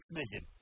million